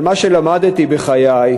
אבל מה שלמדתי בחיי,